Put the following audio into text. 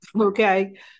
Okay